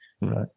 Right